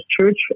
church